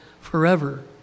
forever